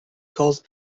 polls